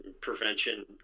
prevention